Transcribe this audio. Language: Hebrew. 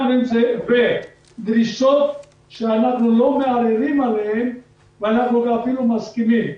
אנחנו נמצאים בדרישות שאנחנו לא מערערים עליהן ואנחנו אפילו מסכימים.